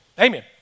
Amen